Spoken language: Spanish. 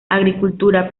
agricultura